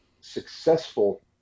successful